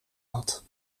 had